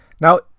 now